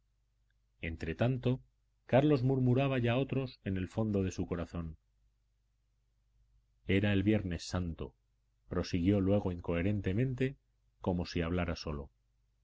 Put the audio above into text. nombre entretanto carlos murmuraba ya otros en el fondo de su corazón era el viernes santo prosiguió luego incoherentemente como si hablara solo